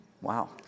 Wow